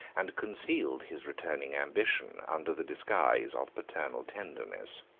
and concealed his returning ambition under the disguise of paternal tenderness.